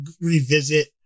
revisit